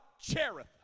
Cherith